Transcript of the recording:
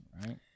Right